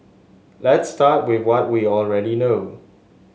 let's start with what we already know